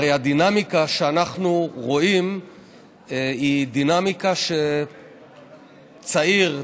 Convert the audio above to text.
הרי הדינמיקה שאנחנו רואים היא דינמיקה שבה צעיר,